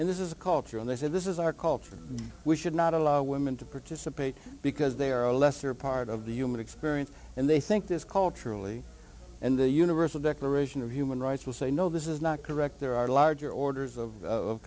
and this is a culture and they said this is our culture we should not allow women to participate because they are a lesser part of the human experience and they think this culturally and the universal declaration of human rights will say no this is not correct there are larger orders of